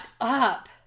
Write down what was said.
up